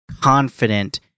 confident